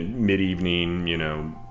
mid-evening, you know,